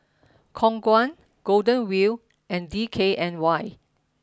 Khong Guan Golden Wheel and D K N Y